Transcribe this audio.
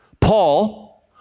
Paul